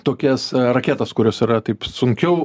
tokias raketas kurios yra taip sunkiau